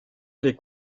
les